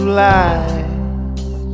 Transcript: lies